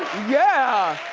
yeah!